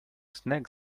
snag